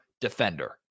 defender